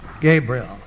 Gabriel